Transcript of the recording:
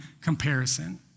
comparison